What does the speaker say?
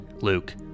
Luke